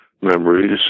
memories